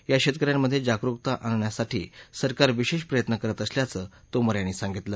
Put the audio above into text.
या शेतक यांमधे जागरुकता आणण्यासाठी सरकार विशेष प्रयत्न करत असल्याचं तोमर यांनी सांगितलं